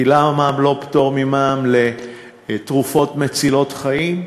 כי למה לא פטור ממע"מ לתרופות מצילות חיים?